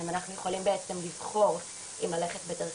אנחנו יכולים בעצם לבחור אם להתנהג